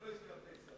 אבל לא הזכרת ישראל.